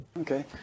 Okay